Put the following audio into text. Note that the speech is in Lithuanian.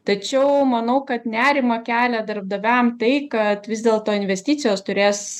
tačiau manau kad nerimą kelia darbdaviam tai kad vis dėlto investicijos turės